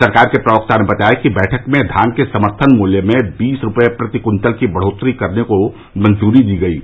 सरकार के प्रवक्ता ने बताया कि बैठक में धान के सम्थन मूल्य में बीस रूपये प्रति कृन्तल की बढ़ोत्तरी करने को मंजूरी दी गयी है